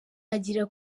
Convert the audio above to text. agira